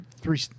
three